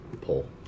pull